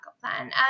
plan